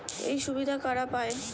এই সুবিধা কারা পায়?